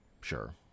Sure